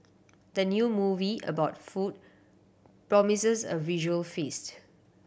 the new movie about food promises a visual feast